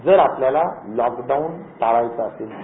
जर आपल्याला लॉकडाऊन टाळायचं असेल तर